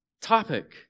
topic